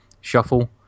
shuffle